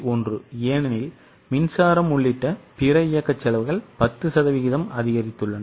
1 ஏனெனில் மின்சாரம் உள்ளிட்ட பிற இயக்க செலவுகள் 10 சதவீதம் அதிகரித்துள்ளது